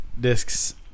discs